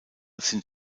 sind